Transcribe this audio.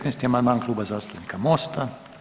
19. amandman Kluba zastupnika MOST-a.